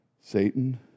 Satan